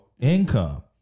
income